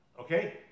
Okay